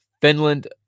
Finland